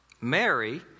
Mary